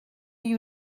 you